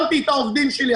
שמתי את העובדים שלי,